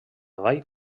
vall